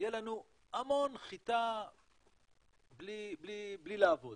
יהיה לנו המון חיטה בלי לעבוד,